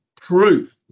proof